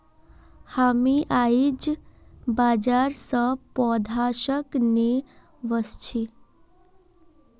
हामी आईझ बाजार स पौधनाशक ने व स छि